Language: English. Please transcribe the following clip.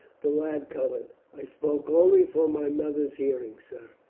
the lad coloured. i spoke only for my mother's hearing, sir,